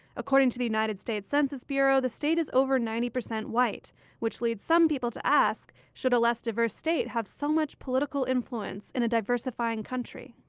according to the united states census bureau the state is over ninety percent white which lead some people to ask, should a less diverse state have so much political influence in a diversifying country?